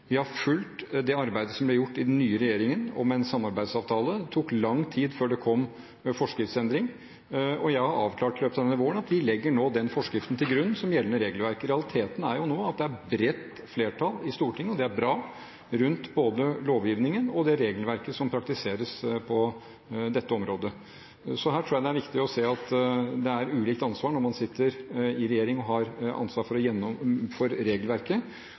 Vi har fulgt det arbeidet som ble gjort i den nye regjeringen om en samarbeidsavtale. Det tok lang tid før det kom forskriftsendring, og jeg har avklart i løpet av denne våren at vi nå legger den forskriften til grunn som gjeldende regelverk. Realiteten er jo nå at det er bredt flertall i Stortinget – og det er bra – rundt både lovgivningen og det regelverket som praktiseres på dette området. Så her tror jeg det er viktig å se at det er ulikt ansvar når man sitter i regjering og har ansvar for